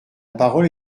parole